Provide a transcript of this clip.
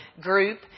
group